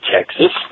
Texas